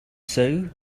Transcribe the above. sow